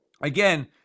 again